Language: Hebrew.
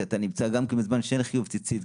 גם בזמן שאין חיוב ציצית,